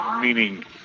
meaning